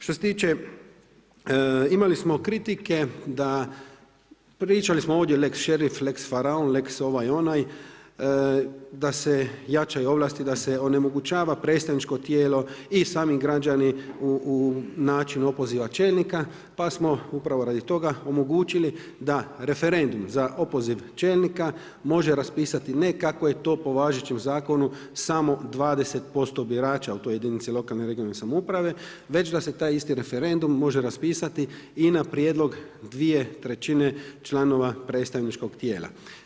Što se tiče imali smo kritike da, pričali smo ovdje lex šerif, lex faraon, lex ovaj, onaj da se jačaju ovlasti, da se onemogućava predstavničko tijelo i sami građani u načinu opoziva čelnika, pa smo upravo radi toga omogućili da referendum za opoziv čelnika može raspisati ne kako je to po važećem zakonu samo 20% birača u toj jedinici lokalne, regionalne samouprave već da se taj isti referendum može raspisati i na prijedlog dvije trećine članova predstavničkog tijela.